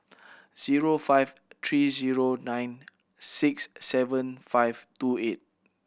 zero five three zero nine six seven five two eight